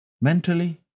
mentally